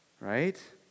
Right